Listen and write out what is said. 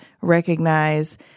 recognize